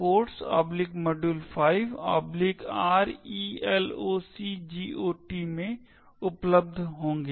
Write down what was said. code nptel codesmodule5relocgot में उपलब्ध होंगे